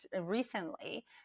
recently